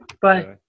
bye